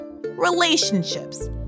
relationships